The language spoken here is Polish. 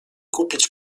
kupić